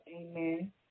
Amen